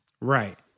Right